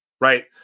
right